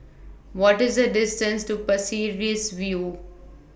What IS The distance to Pasir Ris View